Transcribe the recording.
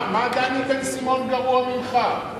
מה דני בן-סימון גרוע ממך?